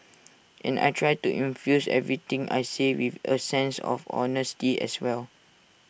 and I try to infuse everything I say with A sense of honesty as well